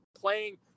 playing